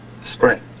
Spring